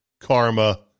karma